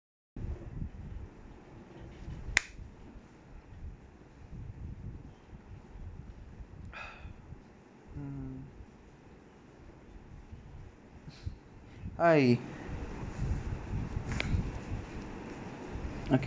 mm hi okay